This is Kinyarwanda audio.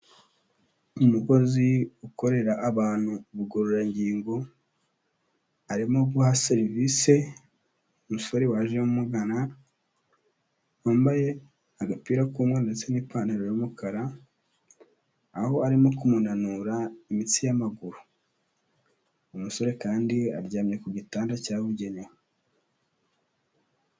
Umukozi ukorera abantu ubugororangingo arimo guha serivice umusore waje amugana, wambaye agapira k'umweru ndetse n'ipantaro y'umukara aho arimo kumunanura imitsi y'amaguru, umusore kandi aryamye ku gitanda cyabugenewe.